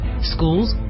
Schools